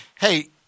Hey